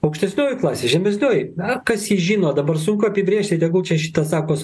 aukštesnioji klasė žemesnioji na kas jį žino dabar sunku apibrėžti tegul čia šitą sako